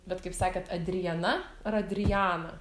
bet kaip sakėt adriana ar adriana